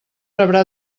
rebrà